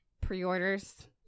pre-orders